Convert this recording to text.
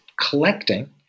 collecting